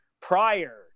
prior